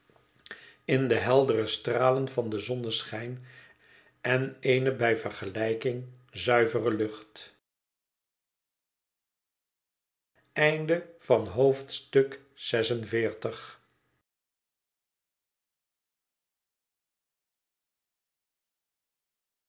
in de heldere stralen van den zonneschijn en eene bij vergelijking zuivere lucht xl